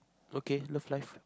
okay love life